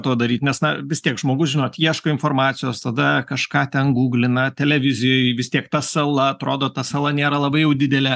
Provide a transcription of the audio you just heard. to daryt nes na vis tiek žmogus žinot ieško informacijos tada kažką ten guglina televizijoj vis tiek ta sala atrodo ta sala nėra labai jau didelė